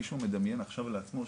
מישהו מדמיין עכשיו לעצמו,